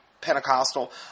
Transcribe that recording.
Pentecostal